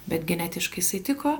bet genetiškai jisai tiko